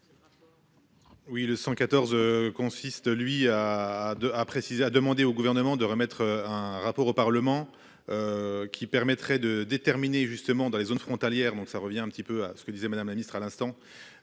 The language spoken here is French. Oui le 114, consiste lui à deux a précisé a demandé au gouvernement de remettre un rapport au Parlement. Qui permettrait de déterminer justement dans les zones frontalières, donc ça revient un petit peu à ce que disait madame la ministre, à l'instant.